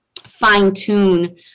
fine-tune